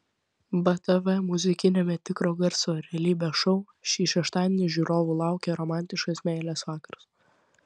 btv muzikiniame tikro garso realybės šou šį šeštadienį žiūrovų laukia romantiškas meilės vakaras